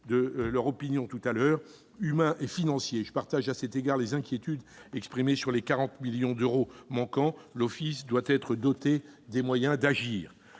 des rapporteurs -humains et financiers : je partage à cet égard les inquiétudes exprimées sur les 40 millions d'euros manquants. L'office doit être doté des moyens d'agir.